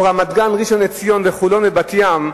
או רמת-גן, ראשון-לציון, חולון ובת-ים,